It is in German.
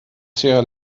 sierra